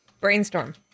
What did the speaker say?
Brainstorm